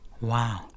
Wow